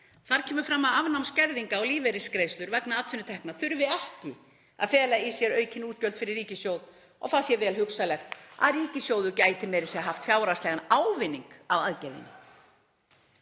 Þar kemur fram að afnám skerðinga á lífeyrisgreiðslur vegna atvinnutekna þurfi ekki að fela í sér aukin útgjöld fyrir ríkissjóð og það sé vel hugsanlegt að ríkissjóður gæti meira að segja haft fjárhagslegan ávinning af aðgerðinni.